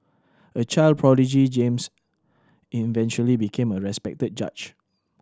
a child prodigy James eventually became a respected judge